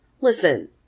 listen